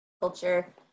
culture